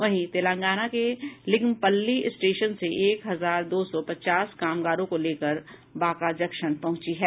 वहीं तेलांगाना के लिग्मपल्ली स्टेशन से एक हजार दो सौ पचास कामगारों को लेकर बांका जंक्शन पहुंची है